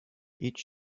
each